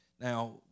Now